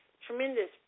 Tremendous